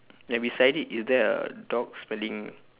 then beside it is there a dog smelling